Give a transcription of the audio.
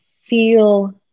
feel